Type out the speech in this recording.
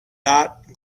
not